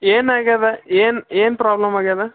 ಏನಾಗ್ಯದ ಏನು ಏನು ಪ್ರಾಬ್ಲಮ್ ಆಗ್ಯದ